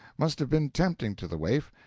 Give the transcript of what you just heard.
must have been tempting to the waif,